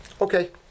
Okay